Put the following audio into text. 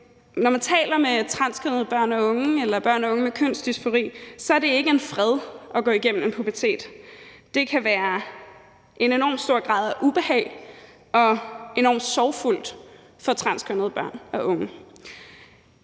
når man taler med transkønnede børn og unge eller børn og unge med kønsdysfori, så er det ikke en fred at gå igennem en pubertet. Det kan indebære en enormt stor grad af ubehag og være enormt sorgfuldt for transkønnede børn og unge.